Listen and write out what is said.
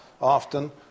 often